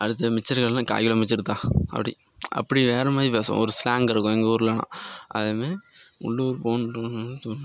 அடுத்து மிச்சரு கடைனா கால்கிலோ மிக்சரு தா அப்படி அப்படி வேறு மாதிரி பேசுவோம் ஒரு ஸ்லாங் இருக்கும் எங்கள் ஊர்லலாம் அது மாரி உள்ளுர் ஃபோன்